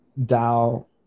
DAO